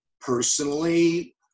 personally